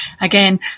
again